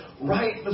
right